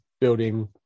building